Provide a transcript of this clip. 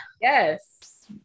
yes